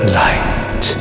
light